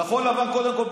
קודם כול,